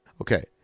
Okay